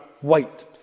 white